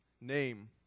name